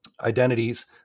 identities